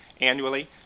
annually